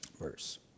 verse